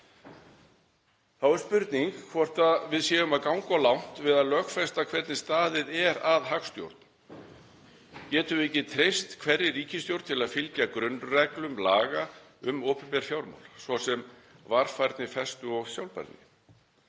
Þá er spurning hvort við séum að ganga of langt við að lögfesta hvernig staðið er að hagstjórn. Getum við ekki treyst hverri ríkisstjórn til að fylgja grunnreglum laga um opinber fjármál, svo sem varfærni, festu og sjálfbærni?